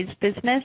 business